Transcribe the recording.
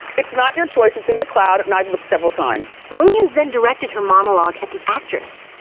it's not your choice. it's in the cloud, and i've looked several times. williams then directed her monologue at the actress.